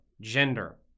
gender